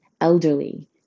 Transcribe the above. elderly